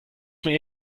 mir